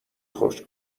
خوش